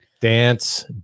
Dance